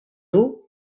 doe